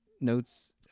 notes